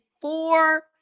four